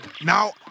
now